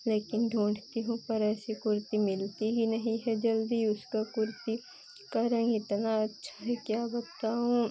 लेकिन ढूंढती हूँ पर ऐसी कुर्ती मिलती ही नहीं है जल्दी उसको कुर्ती कह रही हैं इतना अच्छा है क्या बताऊँ